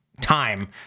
time